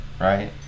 right